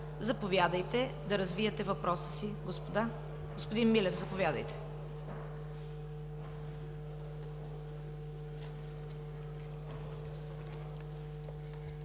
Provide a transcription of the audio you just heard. Заповядайте да развиете въпроса си, господа. Господин Милев, заповядайте.